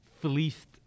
fleeced